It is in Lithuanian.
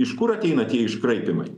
iš kur ateina tie iškraipymai